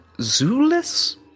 zulus